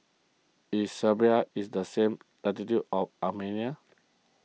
is Serbia is the same latitude as Armenia